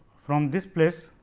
from this place,